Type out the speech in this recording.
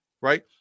right